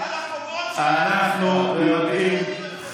אנחנו יודעים,